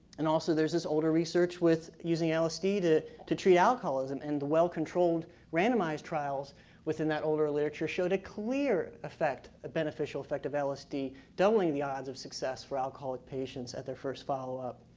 and also there's this older research with using lsd to to treat alcoholism. and the well controlled randomized trials within that older literature showed a clear beneficial effect of lsd doubling the odds of success for alcoholic patients at their first follow up.